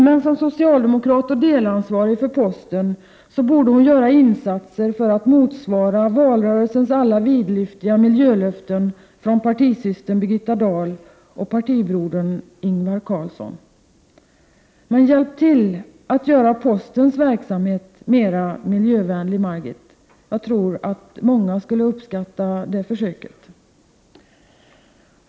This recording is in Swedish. Men som socialdemokrat och delansvarig för posten borde hon göra insatser för att motsvara valrörelsens alla vidlyftiga miljölöften från partisystern Birgitta Dahl och partibrodern Ingvar Carlsson. Hjälp till att göra postens verksamhet mer miljövänlig, Margit Sandéhn! Jag tror att många skulle uppskatta ett sådant försök.